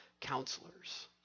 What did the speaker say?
counselors